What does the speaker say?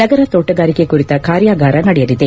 ನಗರ ತೋಟಗಾರಿಕೆ ಕುರಿತ ಕಾರ್ಯಾಗಾರ ನಡೆಯಲಿದೆ